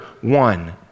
one